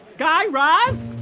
guy raz?